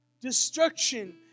Destruction